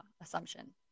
assumption